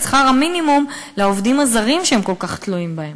שכר המינימום לעובדים הזרים שהם כל כך תלויים בהם.